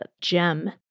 gem